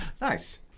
Nice